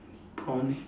blonde hair